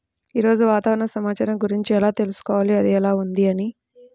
ఈరోజు వాతావరణ సమాచారం గురించి ఎలా తెలుసుకోవాలి అది ఎలా ఉంది అని?